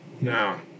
Now